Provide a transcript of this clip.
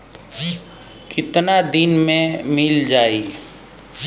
कितना दिन में मील जाई?